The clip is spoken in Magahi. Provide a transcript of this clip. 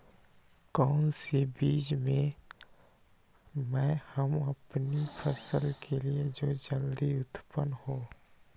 कौन सी बीज ले हम अपनी फसल के लिए जो जल्दी उत्पन हो?